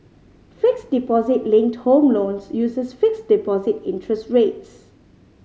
fixed deposit linked home loans uses fixed deposit interest rates